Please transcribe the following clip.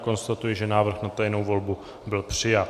Konstatuji, že návrh na tajnou volbu byl přijat.